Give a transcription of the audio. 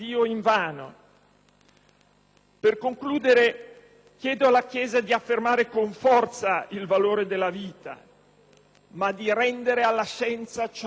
Per concludere, chiedo alla Chiesa di affermare con forza il valore della vita, ma di rendere alla scienza ciò che le è proprio.